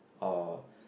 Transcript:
or